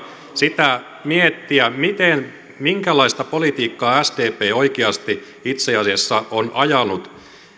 sitä miettiä minkälaista politiikkaa sdp oikeasti itse asiassa on ajanut